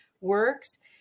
works